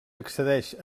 accedeix